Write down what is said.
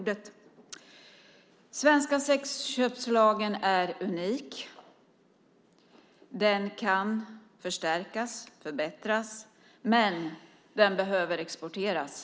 Den svenska sexköpslagen är unik. Den kan förstärkas och förbättras, och den behöver exporteras.